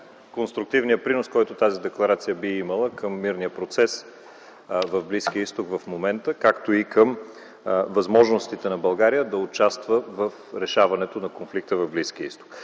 конструктивният принос, който тази декларация би имала към мирния процес в Близкия Изток в момента, както и към възможностите на България да участва в решаването на конфликта в Близкия Изток.